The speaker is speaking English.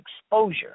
exposure